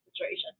situation